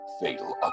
fatal